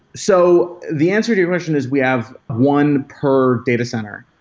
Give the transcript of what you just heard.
so the answer to your question is we have one per data center,